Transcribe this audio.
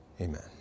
Amen